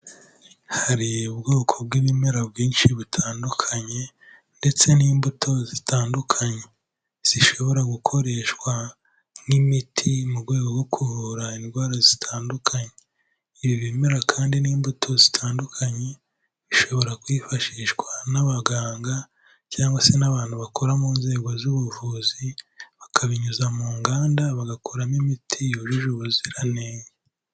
Hari ubwoko bw'ibimera bwinshi butandukanye ndetse n'imbuto zitandukanye zishobora gukoreshwa nk'imiti mu rwego rwo kuvura indwara zitandukanye, ibi bimera kandi n'imbuto zitandukanye bishobora kwifashishwa n'abaganga cyangwa se n'abantu bakora mu nzego z'ubuvuzi, bakabinyuza mu nganda bagakoramo imiti yujuje ubuziranenge.